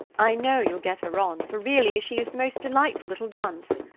i know you'll get her on, for, really, she is the most delightful little dunce.